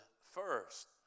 first